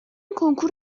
کنکور